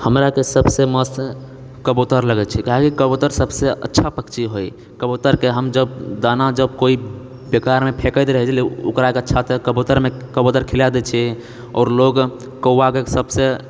हमरा तऽ सबसँ मस्त कबूतर लगैत छै काहेकि कबूतर सबसँ अच्छा पक्षी होए कबूतरके हम जब दाना जब कोइ बेकारमे फेकैत रहै छलै ओकराके छत पर कबूतरमे कबूतरके खिला देइ छी आओर लोग कौआके सबसँ